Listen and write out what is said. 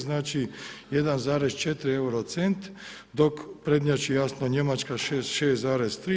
Znači, 1,4 euro cent, dok prednjači jasno Njemačka 6,3.